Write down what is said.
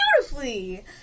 beautifully